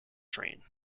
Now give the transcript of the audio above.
train